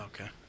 Okay